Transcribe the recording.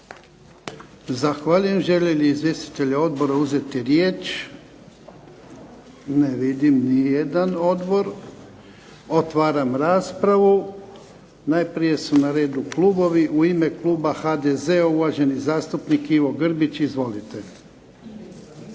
Zahvaljujem. Žele li izvjestitelji odbora uzeti riječ? Ne vidim ni jedan odbor. Otvaram raspravu. Najprije su na redu klubovi. U ime kluba HDZ-a, uvaženi zastupnik Ivo Grbić. Izvolite. **Grbić,